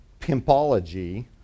Pimpology